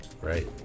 right